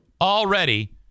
already